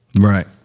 Right